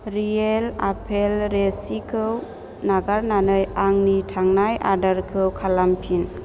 real apple रेसिखौ नागारनानै आंनि थांनाय अरडारखौ खालामफिन